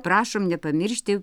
prašom nepamiršti